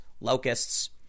locusts